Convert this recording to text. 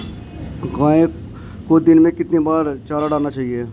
गाय को दिन में कितनी बार चारा डालना चाहिए?